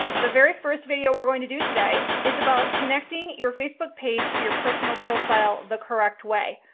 the very first video we're going to do today is about connecting your facebook page to your personal profile, the correct way.